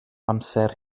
amser